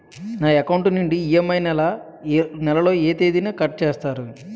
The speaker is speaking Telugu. నా అకౌంట్ నుండి ఇ.ఎం.ఐ నెల లో ఏ తేదీన కట్ చేస్తారు?